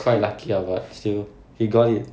quite lucky ah but still he got it